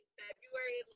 february